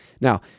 now